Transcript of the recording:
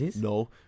no